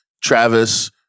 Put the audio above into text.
Travis